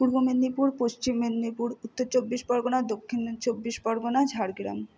Purba Medinipur Paschim Medinipur Uttar Chabbish Pargana Dakshin Chabbish Pargana Jhargram